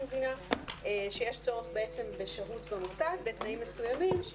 אני מבינה שיש צורך בשהות במוסד, בתנאים מסוימים.